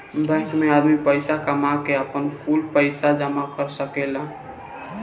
bank मे आदमी पईसा कामा के, आपन, कुल पईसा जामा कर सकेलन